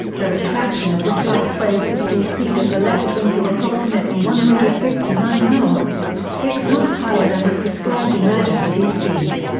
the retraction of the slats raised the stall speed of the left wing to approximately one hundred and fifty nine knots, six knots higher than the prescribed emergency speed.